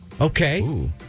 Okay